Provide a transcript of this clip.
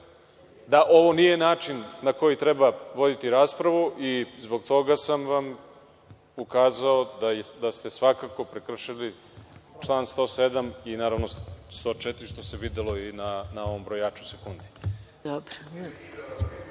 da ovo nije način na koji treba voditi raspravu i zbog toga sam vam ukazao da ste svakako prekršili član 107. i, naravno, 104, što se videlo na ovom brojaču sekundi.